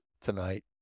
tonight